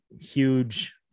huge